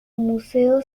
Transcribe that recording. museo